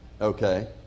Okay